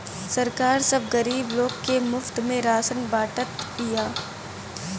सरकार सब गरीब लोग के मुफ्त में राशन बांटत बिया